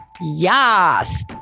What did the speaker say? Yes